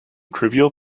trivial